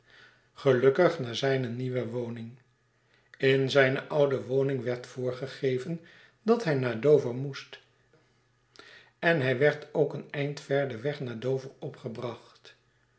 gelukkig naar zijne nieuwe woning in zijne oude woning werd voorgegeven dat hij naar f dover moest en hij werd ook een eind ver den weg naar dover op